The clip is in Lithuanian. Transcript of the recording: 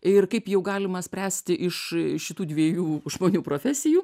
ir kaip jau galima spręsti iš šitų dviejų žmonių profesijų